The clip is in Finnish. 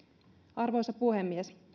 arvoisa puhemies